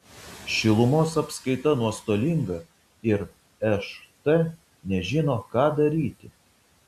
šilumos apskaita nuostolinga ir št nežino ką daryti